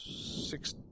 Six